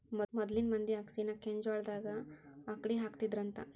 ಮೊದ್ಲಿನ ಮಂದಿ ಅಗಸಿನಾ ಕೆಂಜ್ವಾಳದಾಗ ಅಕ್ಡಿಹಾಕತ್ತಿದ್ರಂತ